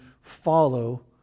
follow